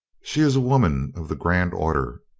she is a woman of the grand order.